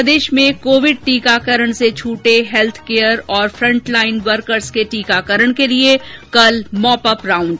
प्रदेश में कोविड टीकाकरण से छटे हैल्थ केयर और फ्रंटलाईन वर्कर्स के टीकाकरण के लिए कल मॉपअप राउण्ड